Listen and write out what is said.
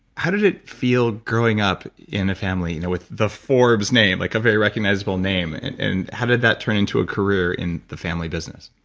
how did it feel growing up in a family you know with the forbes name, like a very recognizable name? and how did that turn into a career in the family business?